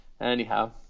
Anyhow